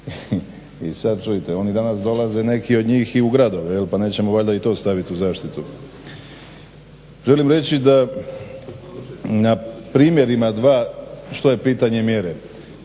I sad čujete oni danas dolaze neki od njih i u gradove pa nećemo valjda i to staviti u zaštitu. Želim reći da na primjerima dva što je pitanje mjere.